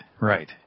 right